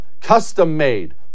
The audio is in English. Custom-made